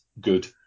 good